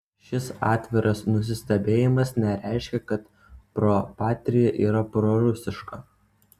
šis atviras nusistebėjimas nereiškia kad pro patria yra prorusiška